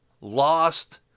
lost